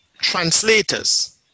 translators